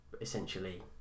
essentially